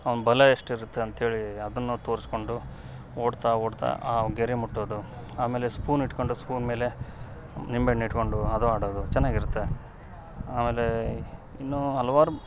ಅವ್ನ ಬಲ ಎಷ್ಟಿರುತ್ತೆ ಅಂತೇಳಿ ಅದನ್ನ ತೋರಿಸ್ಕೊಂಡು ಓಡ್ತಾ ಓಡ್ತಾ ಆ ಗೆರೆ ಮುಟ್ಟೋದು ಆಮೇಲೆ ಸ್ಪೂನ್ ಇಟ್ಕೊಂಡು ಸ್ಪೂನ್ ಮೇಲೆ ನಿಂಬೆಹಣ್ ಇಟ್ಕೊಂಡು ಅದು ಆಡೋದು ಚೆನ್ನಾಗಿರುತ್ತೆ ಆಮೇಲೇ ಇನ್ನು ಹಲ್ವಾರು